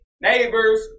neighbors